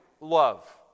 love